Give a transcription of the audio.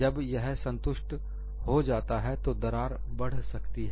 जब यह संतुष्ट हो जाता है तो दरार बढ़ सकती है